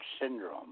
Syndrome